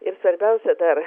ir svarbiausia dar